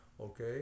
okay